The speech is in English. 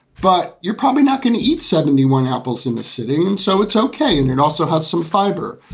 but you're probably not going to eat seventy one apples in a sitting. and so it's ok. and it also has some fiber.